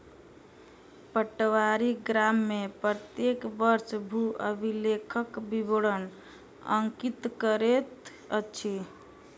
पटवारी गाम में प्रत्येक वर्ष भू अभिलेखक विवरण अंकित करैत अछि